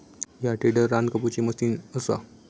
ह्या टेडर रान कापुची मशीन असा